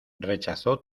rechazó